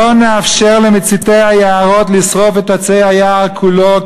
לא נאפשר למציתי היערות לשרוף את עצי היער כולו,